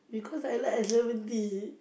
because I like iced lemon tea